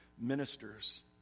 ministers